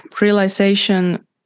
realization